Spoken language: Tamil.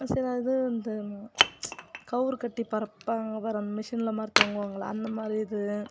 சரி அது வந்து கயிறு கட்டி பறப்பாங்க பார் அந்த மிஷினில் மாதிரி தொங்குவாங்கல்ல அந்தமாதிரி இது